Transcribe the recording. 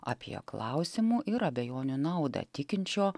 apie klausimų ir abejonių naudą tikinčio